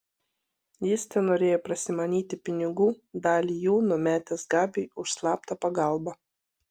jis tenorėjo prasimanyti pinigų dalį jų numetęs gabiui už slaptą pagalbą